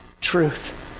Truth